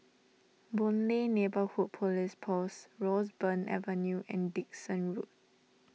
Boon Lay Neighbourhood Police Post Roseburn Avenue and Dickson Road